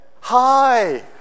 hi